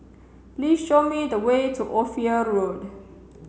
please show me the way to Ophir Road